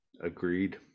agreed